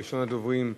ראשון הדוברים,